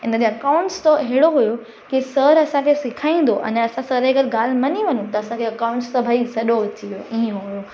इन जा अकाउंट्स त अहिड़ो हुयो की सर असांखे सेखारींदो अने असां सर जे हर हिकु ॻाल्हि मञी वञूं त असांखे अकाउंट्स त भई सॼो अची वियो इअं हुयो